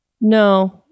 no